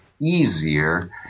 easier